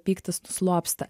pyktis nuslopsta